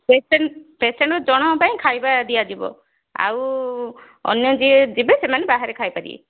patient patient ଜଣଙ୍କ ପାଇଁ ଖାଇବା ଦିଆଯିବ ଆଉ ଅନ୍ୟ ଯିଏ ଯିବେ ସେମାନେ ବାହାରେ ଖାଇପାରିବେ